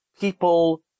people